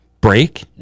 break